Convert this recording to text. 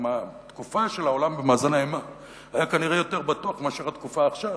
התקופה של העולם במאזן האימה היתה כנראה יותר בטוחה מאשר התקופה עכשיו,